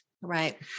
Right